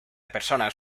personas